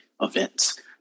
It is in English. events